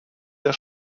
der